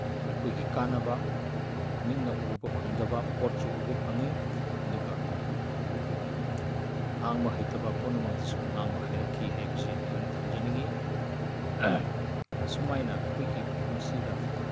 ꯑꯩꯈꯣꯏꯒꯤ ꯀꯥꯟꯅꯕ ꯃꯤꯠꯅ ꯎꯕ ꯐꯪꯗꯕ ꯄꯣꯠꯁꯨ ꯎꯕ ꯐꯪꯉꯤ ꯑꯗꯨꯒ ꯉꯥꯡꯕ ꯍꯩꯇꯕ ꯄꯨꯝꯅꯃꯛꯇꯨꯁꯨ ꯉꯥꯡꯕ ꯍꯩꯔꯛꯈꯤ ꯍꯥꯏꯕꯁꯤ ꯑꯩꯍꯥꯛꯅ ꯊꯝꯖꯅꯤꯡꯉꯤ ꯑꯁꯨꯃꯥꯏꯅ ꯑꯩꯈꯣꯏꯒꯤ ꯄꯨꯟꯁꯤꯗ